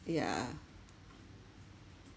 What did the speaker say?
yeah